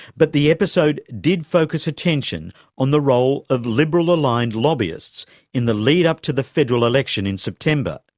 but the episode did focus attention on the role of liberal-aligned lobbyists in the lead up to the federal election in september,